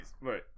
right